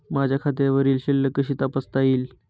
माझ्या खात्यावरील शिल्लक कशी तपासता येईल?